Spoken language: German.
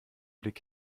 blick